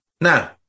Now